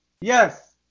Yes